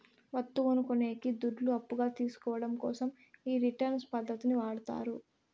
వత్తువును కొనేకి దుడ్లు అప్పుగా తీసుకోవడం కోసం ఈ రిటర్న్స్ పద్ధతిని వాడతారు